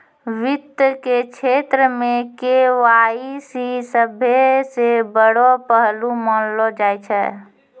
वित्त के क्षेत्र मे के.वाई.सी सभ्भे से बड़ो पहलू मानलो जाय छै